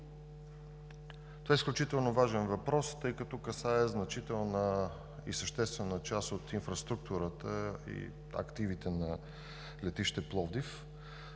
Това е изключително важен въпрос, тъй като касае значителна и съществена част от инфраструктурата и активите на летище Пловдив.